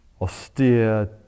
austere